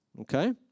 Okay